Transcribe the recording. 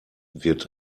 wird